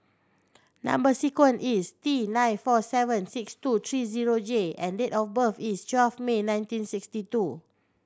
number sequence is T nine four seven six two three zero J and date of birth is twelve May nineteen sixty two